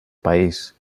país